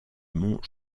mont